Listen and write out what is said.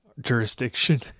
jurisdiction